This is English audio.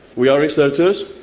we are researchers,